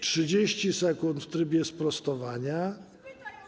30 sekund w trybie sprostowania.